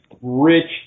rich